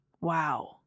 Wow